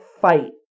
fight